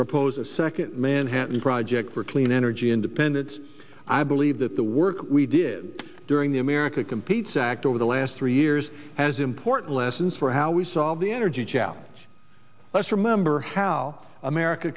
propose a second manhattan project for clean energy independence i believe that the work we did during the america competes act over the last three years has important lessons for how we solve the energy challenge let's remember how america